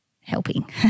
helping